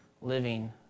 living